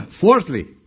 fourthly